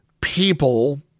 people